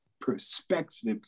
perspectives